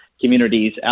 communities